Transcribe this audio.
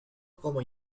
como